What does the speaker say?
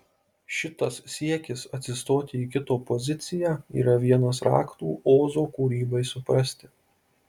šitas siekis atsistoti į kito poziciją yra vienas raktų ozo kūrybai suprasti